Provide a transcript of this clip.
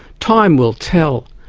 time will tell.